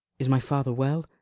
is my father well?